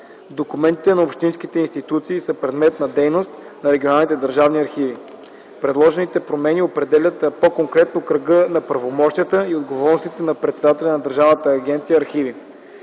Документите на общинските институции са предмет на дейност на регионалните държавни архиви. Предложените промени определят по-конкретно кръга на правомощията и отговорностите на председателя на Държавна агенция „Архиви”.